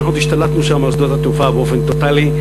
אנחנו עוד השתלטנו על שדות התעופה באופן טוטלי.